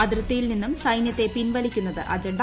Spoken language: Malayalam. അതിർത്തിയിൽ നിന്നും സൈനൃത്തെ പിൻവലിക്കുന്നത് അജണ്ട